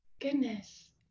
goodness